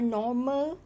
normal